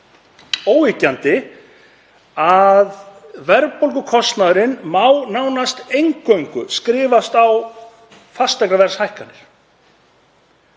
óyggjandi, að verðbólgukostnaðinn má nánast eingöngu skrifa á fasteignaverðshækkanir.